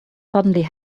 suddenly